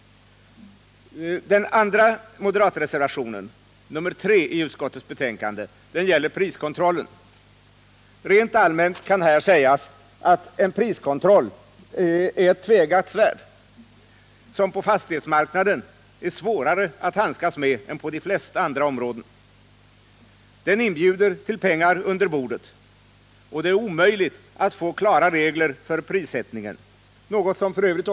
Den andra moderatreservationen, nr 3 vid utskottets betänkande, gäller priskontrollen. Rent allmänt kan här sägas, att priskontroll är ett tveeggat svärd, som på fastighetsmarknaden blir svårare att handskas med än på de flesta andra områden. Den inbjuder till pengar under bordet, och det är omöjligt att få klara regler för prissättningen, något som f.ö.